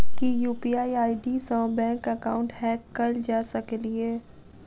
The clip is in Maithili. की यु.पी.आई आई.डी सऽ बैंक एकाउंट हैक कैल जा सकलिये?